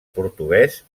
portuguès